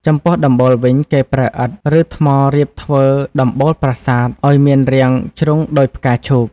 ចំពោះដំបូល វិញ គេប្រើឥដ្ឋ ឬថ្មរៀបធ្វើដំបូលប្រាសាទឱ្យមានរាងជ្រុងដូចផ្កាឈូក។